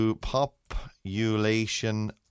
population